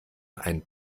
einen